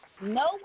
No